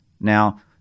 Now